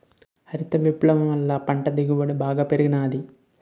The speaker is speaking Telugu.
హరిత విప్లవం వల్ల పంటల దిగుబడి బాగా పెరిగినాది